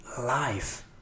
life